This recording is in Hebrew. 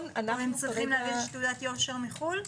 צריכים להגיש תעודת יושר מחו"ל?